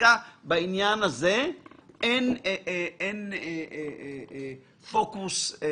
דווקא בעניין הזה אין מספיק פוקוס.